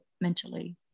mentally